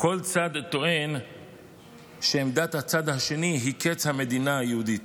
כל צד טוען שעמדת הצד השני היא קץ המדינה היהודית,